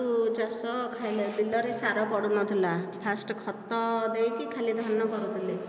କେଉଁ ଚାଷ ଖାଇବା ବିଲରେ ସାର ପଡ଼ୁନଥିଲା ଫାଷ୍ଟ ଖତ ଦେଇକି ଖାଲି ଧାନ କରୁଥିଲେ